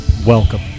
Welcome